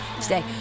today